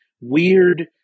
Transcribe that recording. weird